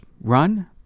run